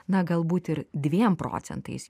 na galbūt ir dviem procentais